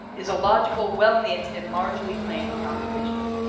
is a logical, well knit and largely planned composition.